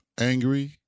angry